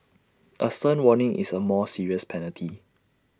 A stern warning is A more serious penalty